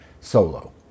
solo